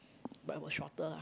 but it was shorter ah